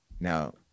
Now